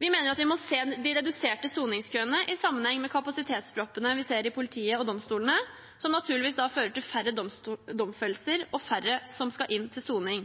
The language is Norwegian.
Vi mener vi må se de reduserte soningskøene i sammenheng med kapasitetsproppene vi ser i politiet og domstolene, som naturligvis fører til færre domfellelser og færre som skal inn til soning.